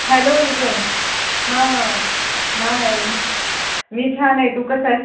hello Vijay हां हां hi मी छान आहे तू कसा आहेस